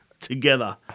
Together